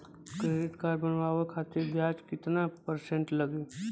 Credit card बनवाने खातिर ब्याज कितना परसेंट लगी?